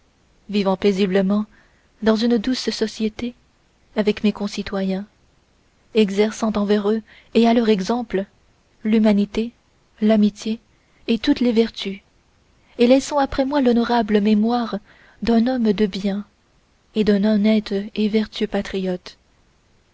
vivant paisiblement dans une douce société avec mes concitoyens exerçant envers eux et à leur exemple l'humanité l'amitié et toutes les vertus et laissant après moi l'honorable mémoire d'un homme de bien et d'un honnête et vertueux patriote